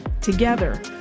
together